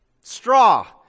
straw